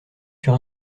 sur